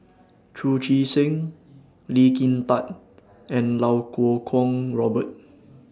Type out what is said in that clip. Chu Chee Seng Lee Kin Tat and Iau Kuo Kwong Robert